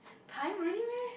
time really meh